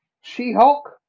She-Hulk